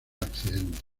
accidente